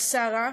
על שרה.